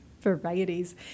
Varieties